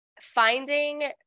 Finding